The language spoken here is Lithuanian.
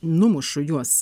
numušu juos